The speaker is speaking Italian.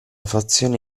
fazione